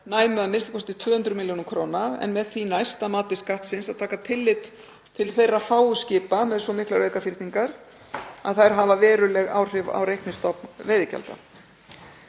nema a.m.k. 200 millj. kr., en með því næst að mati Skattsins að taka tillit til þeirra fáu skipa með svo miklar aukafyrningar að þær hafa veruleg áhrif á reiknistofn veiðigjalds.